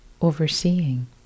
overseeing